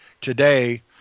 today